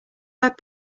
web